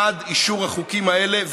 בעד אישור החוקים האלה.